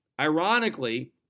ironically